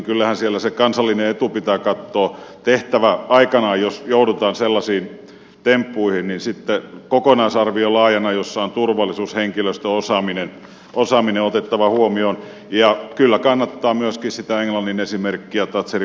kyllähän siellä se kansallinen etu pitää katsoa ja tehtävä aikanaan jos joudutaan sellaisiin temppuihin kokonaisarvio laajana jossa on otettava huomioon turvallisuus henkilöstö ja osaaminen ja kyllä kannattaa myöskin sitä englannin esimerkkiä thatcherin vuosilta varoa